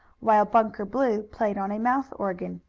while bunker blue played on a mouth organ.